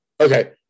Okay